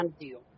deal